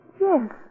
Yes